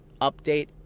Update